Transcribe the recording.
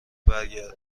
برگرده